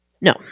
No